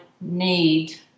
need